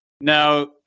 Now